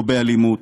לא באלימות,